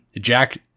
Jack